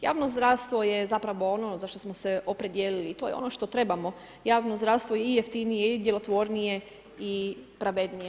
Javno zdravstvo je zapravo ono za što smo se opredijelili i to je ono što trebamo, javno zdravstvo i jeftinije i djelotvornije i pravednije.